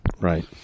Right